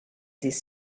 this